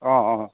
অঁ অঁ অঁ